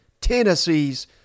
Tennessee's